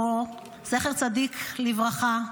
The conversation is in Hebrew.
זכר צדיק לברכה,